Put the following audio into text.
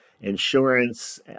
insurance